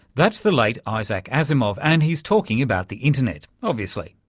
that's the late isaac asimov, and he's talking about the internet, obviously,